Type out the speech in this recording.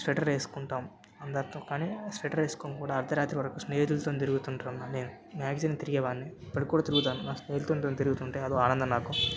sweater వేసుకుంటాం అందరితో కానీ స్వెటర్ వేసుకొని కూడా అర్ధరాత్రి వరకు స్నేహితులతోను తిరుగుతుంటాం నేను మ్యాగ్జిమం తిరిగే వాడిని ఇప్పుడికి కూడా తిరుగుతాను నా స్నేహితులతోని తీరుగుతుంటే అదో ఆనందం నాకు